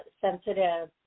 sensitive